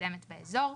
המתקדמת באזור.